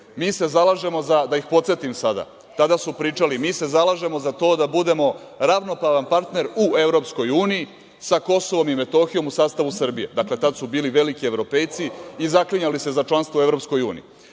mi se zalažemo, da ih podsetim sada, tada su pričali – mi se zalažemo za to da budemo ravnopravan partner u EU sa Kosovom i Metohijom u sastavu Srbije. Dakle, tada su bili veliki evropejci i zaklinjali se za članstvo u EU.